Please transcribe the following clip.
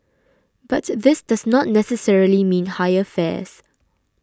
but this does not necessarily mean higher fares